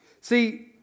See